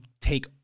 take